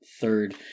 third